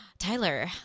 Tyler